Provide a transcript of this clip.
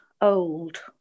old